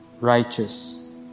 righteous